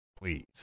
please